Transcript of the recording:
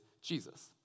Jesus